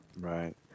right